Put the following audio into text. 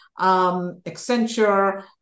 Accenture